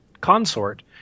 consort